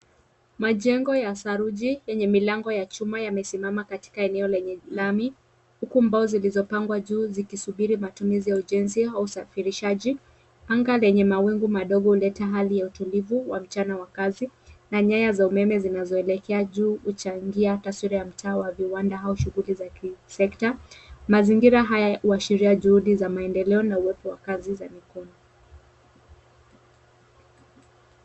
Majengo ya saruji enye lango la chuma imesimama katika eneo lenye lami huku mbao zilizopangwa juu zikisubiri matumizi ya ujenzi au safirishaji. Angaa enye mawingu madogo huleta hali ya utulivu wa mchana wa kazi na nyaya za umeme zinazoelekea juu uchangia taswira ya mtaa wa viwanda au shughuli za kisekta. Mazingira haya kuashiria juhudi za maendeleo na uwepo wa kazi za mikono.